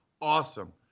awesome